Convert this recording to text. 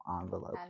Envelope